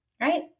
right